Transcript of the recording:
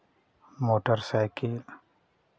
motorcycle